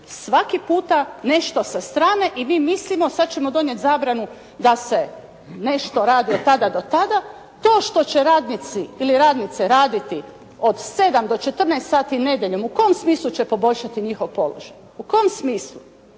svaki puta nešto sa strane i mi mislimo, sada ćemo donijeti zabranu da se nešto radi od tada do tada, to što će radnici ili radnice raditi od 7 do 14 sati nedjeljom, u kojem smislu će poboljšati njihov položaj? U kojem smislu?